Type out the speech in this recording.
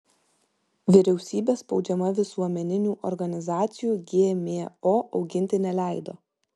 vyriausybė spaudžiama visuomeninių organizacijų gmo auginti neleido